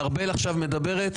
ארבל עכשיו מדברת.